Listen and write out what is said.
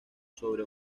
sobre